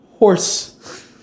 Horse